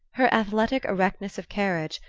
her athletic erectness of carriage,